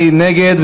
מי נגד?